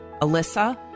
Alyssa